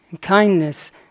Kindness